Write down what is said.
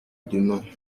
demain